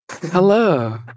Hello